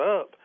up